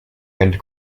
end